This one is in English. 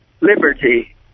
liberty